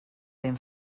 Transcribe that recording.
ben